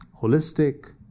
holistic